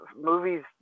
movies